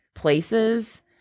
Places